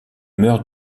meurt